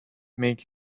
make